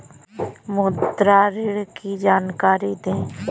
मुद्रा ऋण की जानकारी दें?